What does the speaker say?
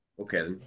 okay